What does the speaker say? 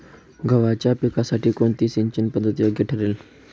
गव्हाच्या पिकासाठी कोणती सिंचन पद्धत योग्य ठरेल?